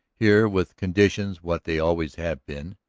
here, with conditions what they always had been,